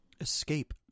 Escape